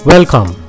Welcome